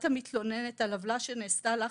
את המתלוננת על עוולה שנעשתה לך,